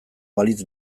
balitz